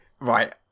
Right